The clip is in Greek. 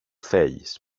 θέλεις